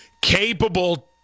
capable